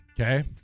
Okay